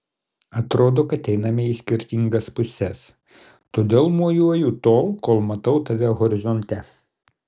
atrodo kad einame į skirtingas puses todėl mojuoju tol kol matau tave horizonte